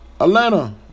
Atlanta